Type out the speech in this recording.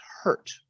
hurt